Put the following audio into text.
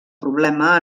problema